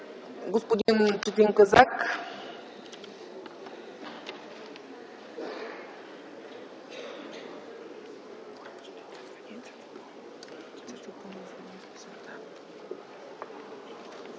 Господин Четин Казак